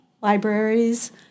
libraries